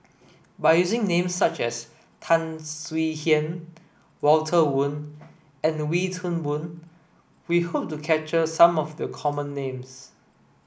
by using names such as Tan Swie Hian Walter Woon and Wee Toon Boon we hope to capture some of the common names